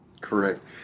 Correct